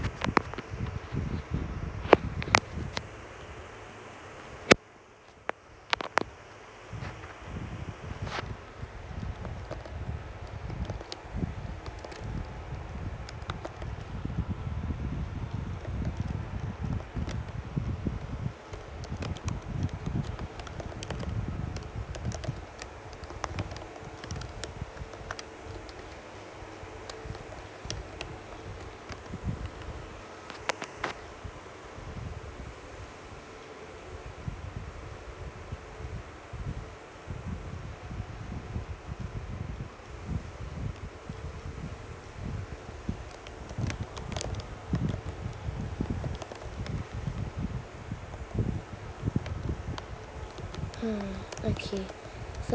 mm okay so